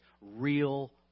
real